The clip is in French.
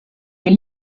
est